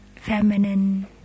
Feminine